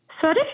Sorry